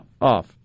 off